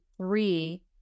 three